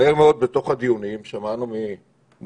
מהר מאוד בתוך הדיונים שמענו ממומחים,